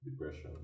depression